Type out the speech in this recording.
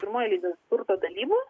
pirmoj eilėj dėl turto dalybų